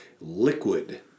liquid